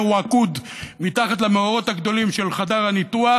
הוא עקוד מתחת למאורות הגדולים של חדר הניתוח,